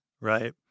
right